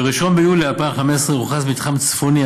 ב-1 ביולי 2015 הוכרז מתחם צפוני,